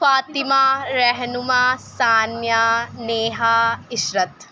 Fatima Rehnuma Saniya Neha Ishrat